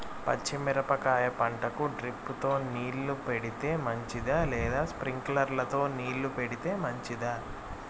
పచ్చి మిరపకాయ పంటకు డ్రిప్ తో నీళ్లు పెడితే మంచిదా లేదా స్ప్రింక్లర్లు తో నీళ్లు పెడితే మంచిదా?